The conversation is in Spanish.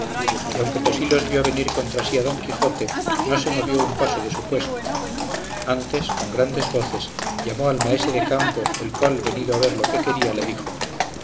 y aunque tosilos vio venir contra sí a don quijote no se movió un paso de su puesto antes con grandes voces llamó al maese de campo el cual venido a ver lo que quería le dijo